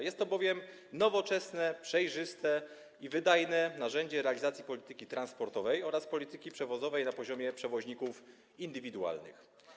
Jest to bowiem nowoczesne, przejrzyste i wydajne narzędzie realizacji polityki transportowej oraz polityki przewozowej na poziomie przewoźników indywidualnych.